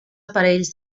aparells